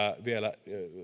vielä